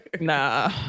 Nah